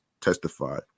testified